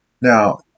Now